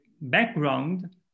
background